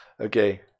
Okay